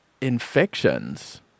infections